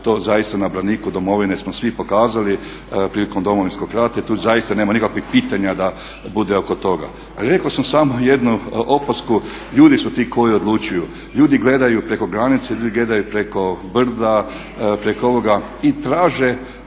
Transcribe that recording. to na braniku domovine smo svi pokazali prilikom Domovinskog rata i tu nema nikakvih pitanja oko toga, ali rekao sam samo jednu opasku, ljudi su ti koji odlučuju, ljudi gledaju preko granice, ljudi gledaju preko brda i traže